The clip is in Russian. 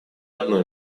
одной